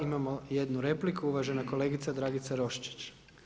Imamo jednu repliku, uvažena kolegica Dragica Roščić.